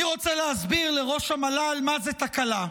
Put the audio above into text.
אני רוצה להסביר לראש המל"ל מה זאת תקלה.